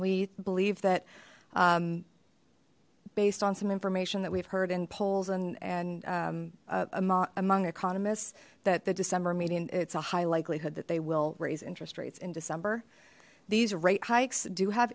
we believe that based on some information that we've heard in polls and and among economists that the december meeting it's a high likelihood that they will raise interest rates in december these rate hikes do have